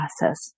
process